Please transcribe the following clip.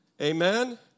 Amen